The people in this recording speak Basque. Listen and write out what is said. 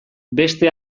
beste